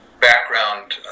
background